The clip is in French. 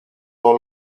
dans